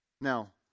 Now